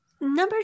Number